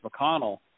McConnell